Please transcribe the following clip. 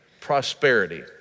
prosperity